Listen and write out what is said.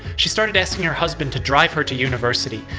she started asking her husband to drive her to university.